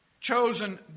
chosen